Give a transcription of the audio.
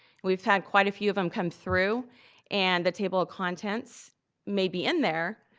we've had quite a few of em come through and the table of contents may be in there,